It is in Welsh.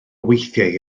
weithiau